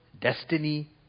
destiny